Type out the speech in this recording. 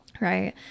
right